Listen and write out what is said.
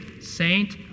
saint